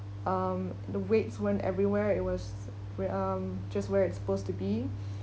um the weights weren't everywhere it was where um just where it's supposed to be